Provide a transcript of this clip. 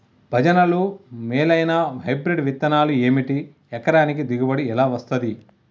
భజనలు మేలైనా హైబ్రిడ్ విత్తనాలు ఏమిటి? ఎకరానికి దిగుబడి ఎలా వస్తది?